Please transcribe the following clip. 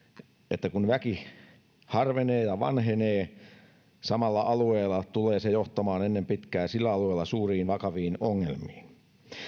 että kun väki harvenee ja vanhenee samalla alueella tulee se johtamaan ennen pitkää sillä alueella suuriin vakaviin ongelmiin